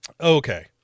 Okay